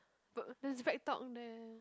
but there's BreadTalk there